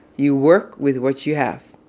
you work with what you have.